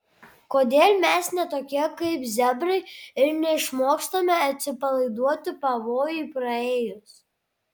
kodėl mes ne tokie kaip zebrai ir neišmokstame atsipalaiduoti pavojui praėjus